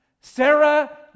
Sarah